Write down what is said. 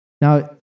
Now